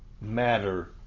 matter